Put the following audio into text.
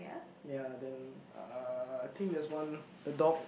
ya then uh I think there's one the dog